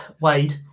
Wade